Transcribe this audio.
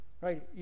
right